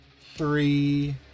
three